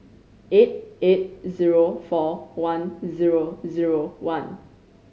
eight eight zero four one zero zero one